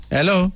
Hello